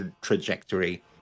trajectory